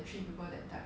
ya